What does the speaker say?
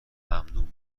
ممنون